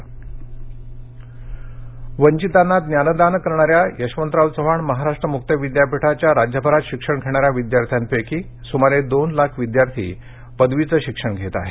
नाशिक वंचीतांना ज्ञानदान करणाऱ्या यशवंतराव चव्हाण महाराष्ट्र मुक्त विद्यापीठाचे राज्यभरात कानाकोपऱ्यात शिक्षण घेणाऱ्या विद्यार्थ्यपैकी सुमारे दोन लाख विद्यार्थी पदवी शिक्षण घेत आहेत